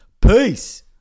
Peace